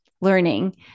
learning